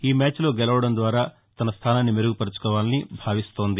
ఈమ్యాచ్ లో గెలవడం ద్వారా తన స్థానాన్ని మెరుగుపర్సుకోవాలని భావిస్తోంది